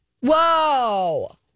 Whoa